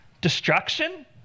destruction